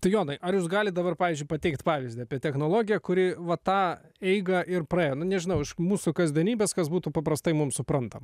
tu jonai ar jūs galite dabar pavyzdžiui pateikti pavyzdį apie technologiją kuri va tą eigą ir praėjo nu nežinau iš mūsų kasdienybės kas būtų paprastai mums suprantama